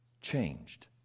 changed